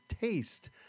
taste